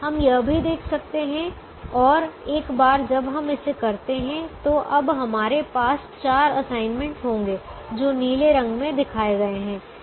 हम यह भी देख सकते हैं और एक बार जब हम इसे करते हैं तो अब हमारे पास 4 असाइनमेंट होंगे जो नीले रंग में दिखाए गए हैं